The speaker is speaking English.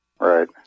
Right